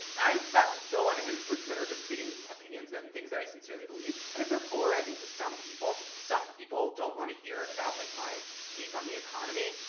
i've gotten so unhinged with twitter just tweeting opinions and things that i sincerely believe. and if they're polarizing to some people if some people don't want to hear about like my take on the economy,